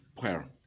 Prayer